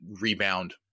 rebound